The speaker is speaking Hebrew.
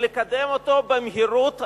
לקדם אותו במהירות המרבית,